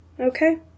okay